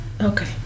okay